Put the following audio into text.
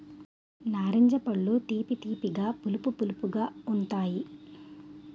నారింజ పళ్ళు తీపి తీపిగా పులుపు పులుపుగా ఉంతాయి